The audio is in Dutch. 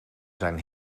zijn